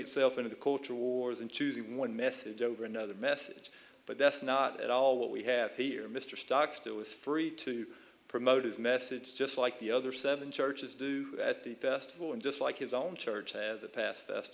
itself into the culture wars and choosing one message over another message but that's not at all what we have here mr stocks to is free to promote his message just like the other seven churches do at the festival and just like his own church as